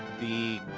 the